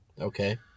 Okay